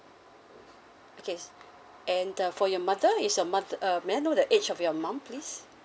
okay and the for your mother is your mot~ uh may I know the age of your mum please